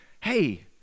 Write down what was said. hey